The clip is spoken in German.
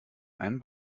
einen